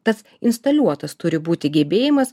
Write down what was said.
tas instaliuotas turi būti gebėjimas